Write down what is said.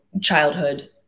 childhood